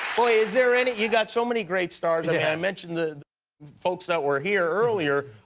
boy, is there any you've got so many great stars. i mentioned the folks that were here earlier.